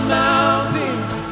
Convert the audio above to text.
mountains